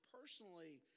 personally